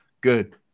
good